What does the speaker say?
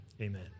Amen